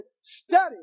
study